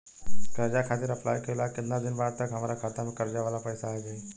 कर्जा खातिर अप्लाई कईला के केतना दिन बाद तक हमरा खाता मे कर्जा वाला पैसा आ जायी?